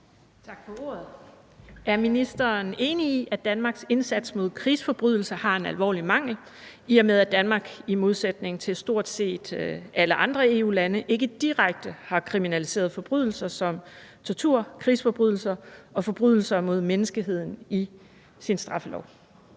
Tak for ordet. Er ministeren enig i, at Danmarks indsats mod krigsforbrydelser har en alvorlig mangel, i og med at Danmark – i modsætning til stort set alle andre EU-lande – ikke direkte har kriminaliseret forbrydelser som tortur, krigsforbrydelser og forbrydelser mod menneskeheden i sin straffelov?